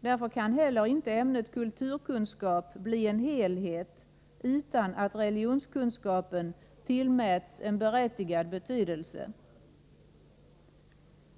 Därför kan heller inte ämnet kulturkunskap bli en helhet utan att religionskunskapen tillmäts en berättigad betydelse.